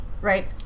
Right